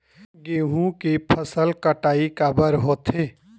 गेहूं के फसल कटाई काबर होथे?